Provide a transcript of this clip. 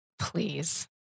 please